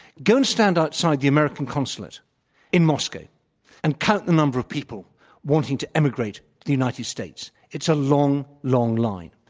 go and stand outside the american consulate in moscow and count the number of people wanting to immigrate to the united states. it's a long, long line.